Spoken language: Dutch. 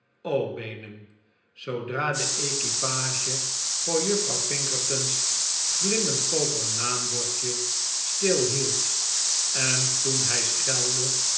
o beenen zoodra de equipage voor juffrouw pinkerton's glimmend koperen naambordje stil hield en toen hij schelde